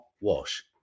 wash